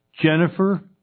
Jennifer